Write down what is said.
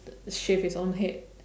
shave his own head